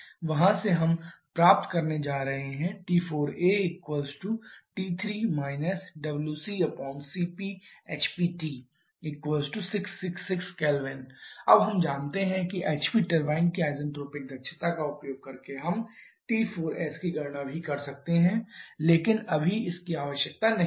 वहाँ से हम प्राप्त करने जा रहे हैं T4aT3 wccpHPt666 K अब हम जानते हैं कि HP टरबाइन की आइसेंट्रोपिक दक्षता का उपयोग करके हम T4s की गणना भी कर सकते हैं लेकिन अभी इसकी आवश्यकता नहीं है